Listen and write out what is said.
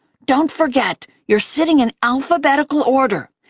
don't forget you're sitting in alphabetical order!